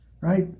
right